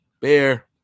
bear